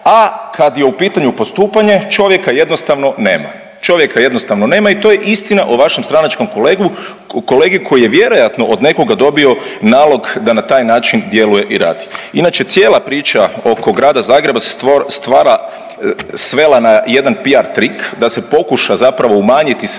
a kad je u pitanju postupanje, čovjeka jednostavno nema. Čovjeka jednostavno nema i to je istina o vašem stranačkom kolegu, kolegi koji je vjerojatno od nekog dobio nalog da na taj način djeluje i radi. Inače, cijela priča oko Grada Zagreba se stvara, svela na jedan PR trik da se pokuša zapravo umanjiti sredstva